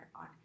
on